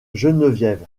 geneviève